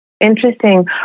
Interesting